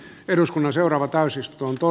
eduskunnan seuraava täysistunto